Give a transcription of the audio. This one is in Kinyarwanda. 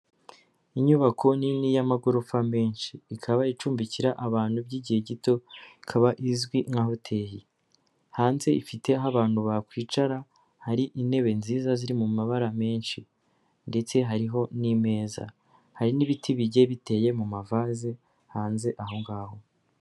Inyubako nini y'amagorofa menshi, ikaba icumbikira abantu by'igihe gito, ikaba izwi nka hoteli hanze ifite aho abantu bakwicara hari intebe nziza ziri mu mabara menshi, ndetse hariho n'imeza hari n'ibiti bijye biteye mu mavase hanze aho ngaho.